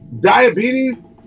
Diabetes